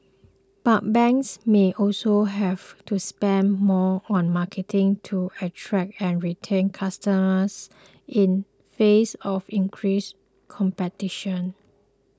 but banks may also have to spend more on marketing to attract and retain customers in face of increased competition